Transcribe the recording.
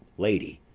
lady.